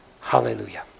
Hallelujah